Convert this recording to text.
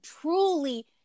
truly